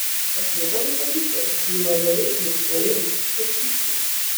pašnekovei patinka kad muiladariai lietuvoje visi skirtingi